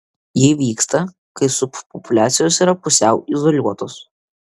ji vyksta kai subpopuliacijos yra pusiau izoliuotos